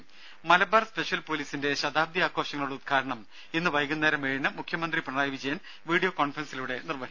രംഭ Malabar special പോലീസിന്റെ ശതാബ്ദി ആഘോഷങ്ങളുടെ ഉദ്ഘാടനം ഇന്ന് വൈകുന്നേരം ഏഴിന് മുഖ്യമന്ത്രി പിണറായി വിജയൻ വീഡിയോ കോൺഫറൻസിലൂടെ നിർവഹിക്കും